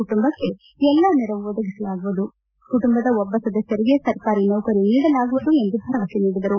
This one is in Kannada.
ಕುಟುಂಬಕ್ಕೆ ಎಲ್ಲಾ ನೆರವು ಒದಗಿಸಲಾಗುವುದು ಕುಟುಂಬದ ಒಬ್ಬ ಸದಸ್ಯರಿಗೆ ಸರ್ಕಾರಿ ನೌಕರಿ ನೀಡಲಾಗುವುದು ಎಂದು ಭರವಸೆ ನೀಡಿದರು